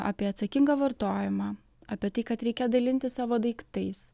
apie atsakingą vartojimą apie tai kad reikia dalintis savo daiktais